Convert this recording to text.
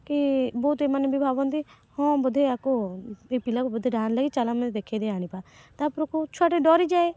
କି ବହୁତ ଏମାନେ ବି ଭାବନ୍ତି ହଁ ବୋଧେ ଆକୁ ଏ ପିଲାକୁ ବୋଧେ ଡାହାଣୀ ଲାଗିଛି ଚାଲ ଆମେ ଦେଖାଇ ଦେଇ ଆଣିବା ତା ପରକୁ ଛୁଆଟି ଡରିଯାଏ